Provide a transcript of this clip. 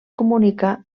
comunica